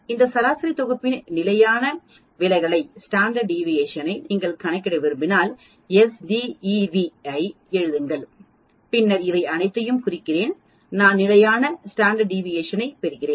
இந்த மாதிரி தொகுப்பின் நிலையான விலகலை நீங்கள் கணக்கிட விரும்பினால் நான் s d e v ஐ எழுதுங்கள் பின்னர் இவை அனைத்தையும் குறிக்கிறேன் நான் நிலையான விலகலைப் பெறுகிறேன்